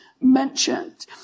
mentioned